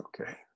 Okay